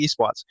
esports